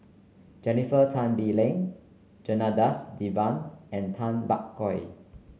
Jennifer Tan Bee Leng Janadas Devan and Tay Bak Koi